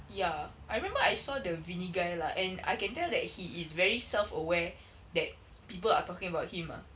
ya I remember I saw the vinny guy lah and I can tell that he is very self-aware that people are talking about him ah